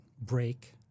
break